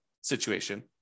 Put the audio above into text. situation